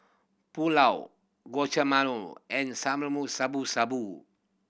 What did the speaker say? Pulao Guacamole and Shabu Shabu